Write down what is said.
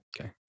Okay